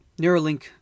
Neuralink